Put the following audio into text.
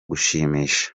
gushimisha